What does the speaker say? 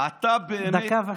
דקה וחצי.